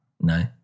No